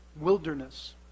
wilderness